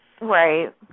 Right